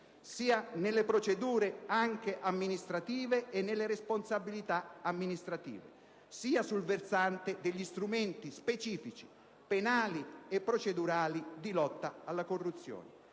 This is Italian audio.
sia le procedure (anche amministrative) e le responsabilità amministrative che il versante degli strumenti specifici, penali e procedurali, di lotta alla corruzione.